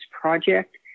Project